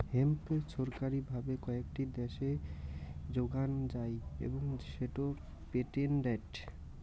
hemp ছরকারি ভাবে কয়েকটি দ্যাশে যোগান যাই এবং সেটো পেটেন্টেড